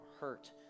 hurt